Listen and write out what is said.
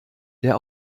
der